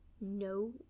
No